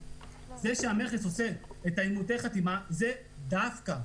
זה שהמכס עושה את אימותי החתימה זה דווקא.